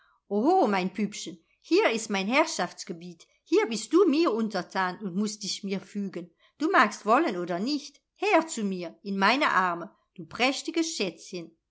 oho mein püppchen hier ist mein herrschaftsgebiet hier bist du mir untertan und mußt dich mir fügen du magst wollen oder nicht her zu mir in meine arme du prächtiges schätzchen